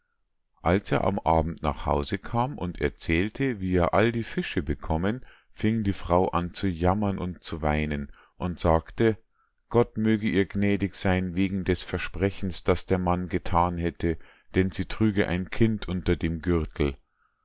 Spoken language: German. als er am abend nach hause kam und erzählte wie er all die fische bekommen fing die frau an zu jammern und zu weinen und sagte gott möge ihr gnädig sein wegen des versprechens das der mann gethan hätte denn sie trüge ein kind unter dem gürtel